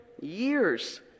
years